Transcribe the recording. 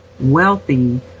wealthy